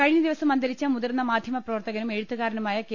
കഴിഞ്ഞദിവസം അന്തരിച്ച മുതിർന്ന മാധ്യമ പ്രവർത്തകനും എഴുത്തുകാരനുമായ കെ